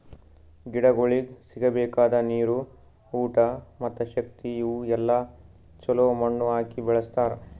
ಗಿಡಗೊಳಿಗ್ ಸಿಗಬೇಕಾದ ನೀರು, ಊಟ ಮತ್ತ ಶಕ್ತಿ ಇವು ಎಲ್ಲಾ ಛಲೋ ಮಣ್ಣು ಹಾಕಿ ಬೆಳಸ್ತಾರ್